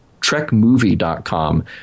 trekmovie.com